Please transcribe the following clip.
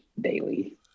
daily